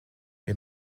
wir